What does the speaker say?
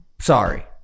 sorry